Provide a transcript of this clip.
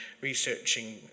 researching